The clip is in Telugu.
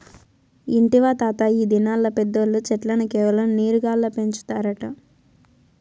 ఇంటివా తాతా, ఈ దినాల్ల పెద్దోల్లు చెట్లను కేవలం నీరు గాల్ల పెంచుతారట